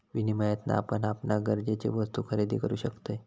विनियमातना आपण आपणाक गरजेचे वस्तु खरेदी करु शकतव